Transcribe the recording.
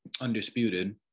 undisputed